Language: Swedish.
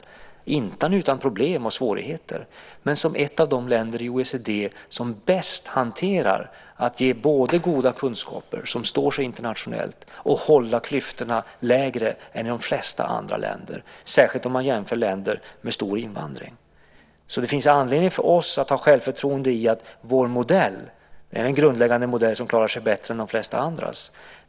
Vi är inte utan problem och svårigheter, men vi lyfts fram som ett av de länder inom OECD som bäst hanterar att både ge goda kunskaper som står sig internationellt och hålla klyftorna lägre än i de flesta andra länder. Det sistnämnda gäller särskilt om man jämför med andra länder med stor invandring. Det finns anledning för oss att ha självförtroende för att vår modell är en grundläggande modell som klarar sig bättre än de flesta andras.